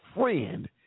friend